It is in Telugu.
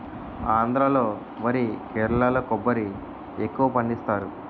ఆంధ్రా లో వరి కేరళలో కొబ్బరి ఎక్కువపండిస్తారు